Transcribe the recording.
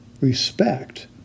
Respect